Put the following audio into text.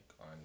on